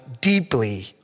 deeply